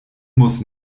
muss